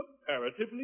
comparatively